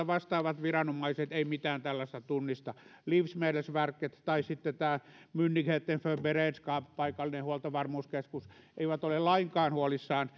vastaavat viranomaiset eivät mitään tällaista tunnista livsmedelsverket tai sitten tämä myndigheten för beredskap paikallinen huoltovarmuuskeskus eivät ole lainkaan huolissaan